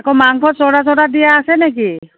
মাংস চ'দা চ'দা দিয়া আছে নেকি